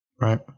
right